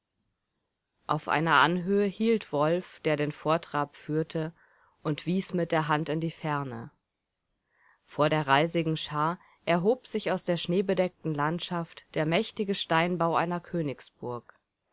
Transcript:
auf einer anhöhe hielt wolf der den vortrab führte und wies mit der hand in die ferne vor der reisigen schar erhob sich aus der schneebedeckten landschaft der mächtige steinbau einer